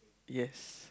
yes